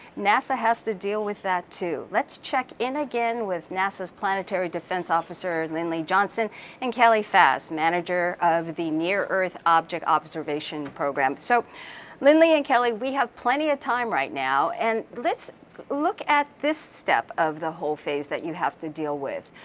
nasa has to deal with that too. let's check in with nasa's planetary defense officer, lindley johnson and kelly fast, manager of the near earth object observation program. so lindley and kelly, we have plenty of time right now, and let's look at this step of the whole phase that you have to deal with.